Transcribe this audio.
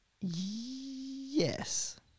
Yes